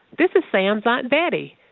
this is sam's aunt betty.